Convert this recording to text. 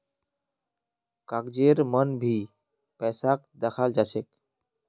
कागजेर मन भी पैसाक दखाल जा छे